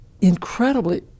incredibly